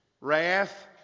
wrath